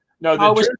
No